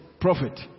prophet